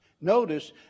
Notice